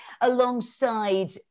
alongside